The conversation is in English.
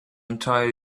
entire